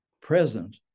present